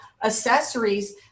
accessories